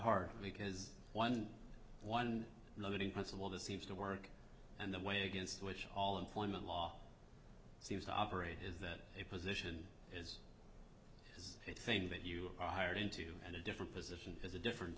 hard because one one limiting principle that seems to work and the way against which all employment law seems to operate is that a position is the thing that you are hired into and a different position is a different